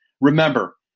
Remember